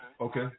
okay